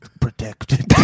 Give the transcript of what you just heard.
protected